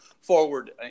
forward